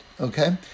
Okay